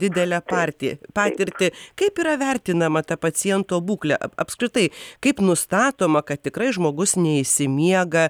didelę partiją patirtį kaip yra vertinama ta paciento būklė apskritai kaip nustatoma kad tikrai žmogus neišsimiega